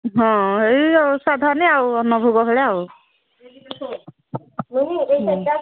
ହଁ ଏଇ ସାଧନି ଆଉ ଅନ୍ନଭୋଗ ବେଳେ ଆଉ